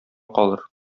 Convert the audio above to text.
калыр